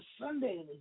Sunday